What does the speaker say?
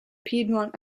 piedmont